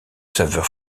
saveur